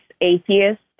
atheist